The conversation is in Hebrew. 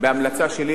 בהמלצה שלי,